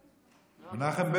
מנחם בגין היה שר בלי תיק.